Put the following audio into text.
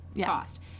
cost